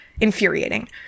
infuriating